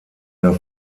der